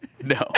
No